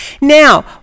now